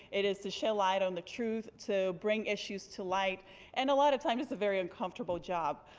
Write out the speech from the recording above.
it is to show light on the truth, to bring issues to light and a lot of times it's a very uncomfortable job.